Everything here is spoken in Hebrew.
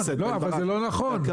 לא, אבל זה לא נכון.